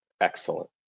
Excellent